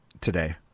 today